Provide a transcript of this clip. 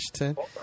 Washington